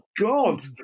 God